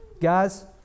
Guys